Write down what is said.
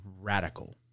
radical